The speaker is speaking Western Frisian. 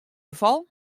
gefal